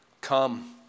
come